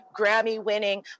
Grammy-winning